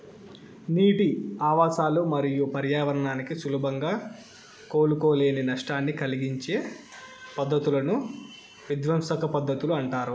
నీటి ఆవాసాలు మరియు పర్యావరణానికి సులభంగా కోలుకోలేని నష్టాన్ని కలిగించే పద్ధతులను విధ్వంసక పద్ధతులు అంటారు